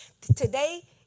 Today